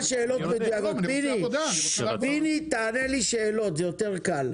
פיני, תענה לי על השאלות, זה יותר קל.